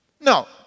No